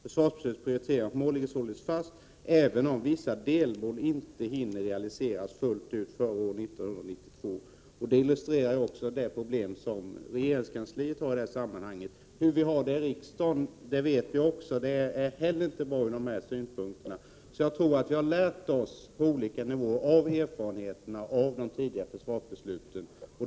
Försvarsbeslutets prioriteringar och mål ligger således fast, även om vissa delmål inte hinner realiseras fullt ut före år 1992.” Det illustrerar det problem som regeringskansliet har i det här sammanhanget. Hur vi har det i riksdagen vet vi också — det är inte heller bra från de här synpunkterna. Jag tror alltså att vi på alla nivåer har lärt oss av erfarenheterna av de tidigare försvarsbesluten.